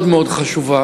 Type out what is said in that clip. מאוד מאוד חשובה.